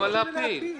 זה לא להפיל.